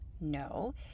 No